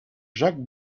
jacques